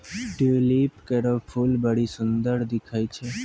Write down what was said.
tulip केरो फूल बड्डी सुंदर दिखै छै